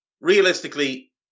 realistically